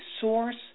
source